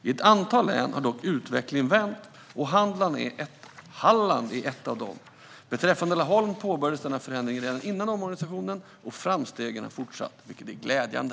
I ett antal län har dock utvecklingen vänt, och Halland är ett av dem. Beträffande Laholm påbörjades denna förändring redan före omorganisationen, och framstegen har fortsatt, vilket är glädjande.